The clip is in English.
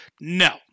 No